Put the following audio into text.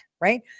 right